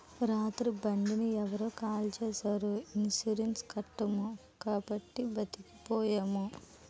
రాత్రి బండిని ఎవరో కాల్చీసారు ఇన్సూరెన్సు కట్టాము కాబట్టి బతికిపోయాము